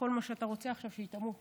כל מה שאתה רוצה עכשיו זה שהיא תמות.